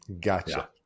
Gotcha